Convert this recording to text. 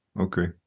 Okay